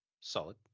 Solid